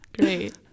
Great